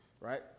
right